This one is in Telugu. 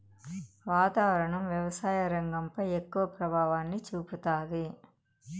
వాతావరణం వ్యవసాయ రంగంపై ఎక్కువ ప్రభావాన్ని చూపుతాది